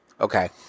Okay